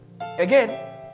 Again